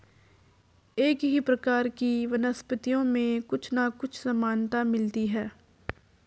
एक ही प्रकार की वनस्पतियों में कुछ ना कुछ समानता मिलती है